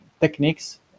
techniques